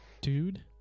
Dude